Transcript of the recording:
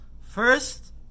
First